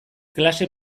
klase